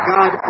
God